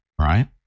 right